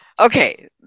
Okay